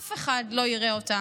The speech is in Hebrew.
אף אחד לא יראה אותם.